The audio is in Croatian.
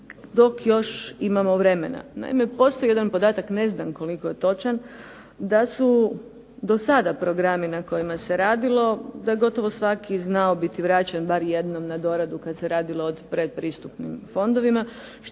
dok još imamo vremena. Naime, postoji jedan podatak, ne znam koliko je točan, da su dosada programi na kojima se radilo, da je gotovo svaki znao biti vraćen bar jednom na doradu kad se radilo o predpristupnim fondovima